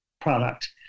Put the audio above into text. product